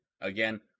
Again